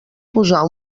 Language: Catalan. posar